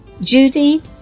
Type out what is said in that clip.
Judy